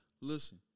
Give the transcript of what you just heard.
Listen